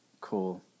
cool